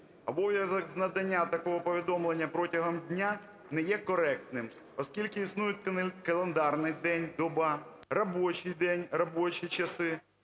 Обов'язок з надання такого повідомлення протягом дня не є коректним, оскільки існують календарний день – доба, робочій день, робочі часи